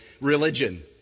religion